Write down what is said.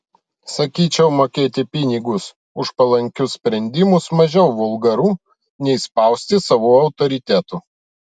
sakyčiau mokėti pinigus už palankius sprendimus mažiau vulgaru nei spausti savu autoritetu